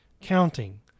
counting